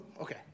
Okay